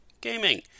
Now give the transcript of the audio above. gaming